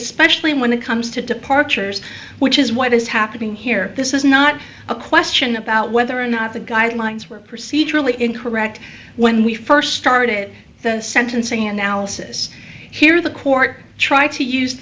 especially when it comes to departures which is what is happening here this is not a question about whether or not the guidelines were procedurally incorrect when we first started the sentencing analysis here the court try to use